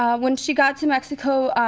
um when she got to mexico,